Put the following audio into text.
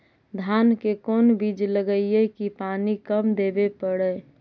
धान के कोन बिज लगईऐ कि पानी कम देवे पड़े?